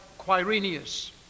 Quirinius